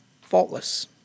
faultless